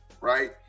right